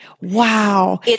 Wow